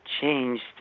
changed